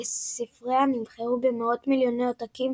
וספריה נמכרו במאות מיליוני עותקים